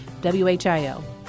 WHIO